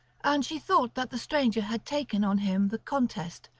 and she thought that the stranger had taken on him the contest,